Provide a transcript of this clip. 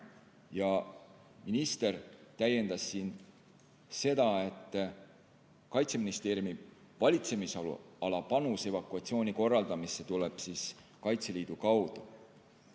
Minister täiendas teda, et Kaitseministeeriumi valitsemisala panus evakuatsiooni korraldamisse tuleb Kaitseliidu kaudu.